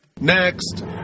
Next